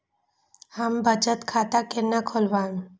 हम बचत खाता केना खोलैब?